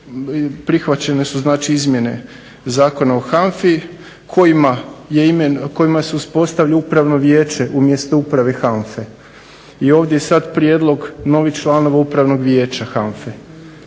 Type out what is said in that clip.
prihvaćene su izmjene Zakona o HANFI kojima se uspostavlja upravno vijeće umjesto uprave HANFA-e i ovdje je sada prijedlog novih članova Upravnog vijeća HANFA-e.